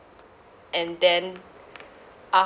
and then